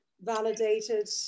validated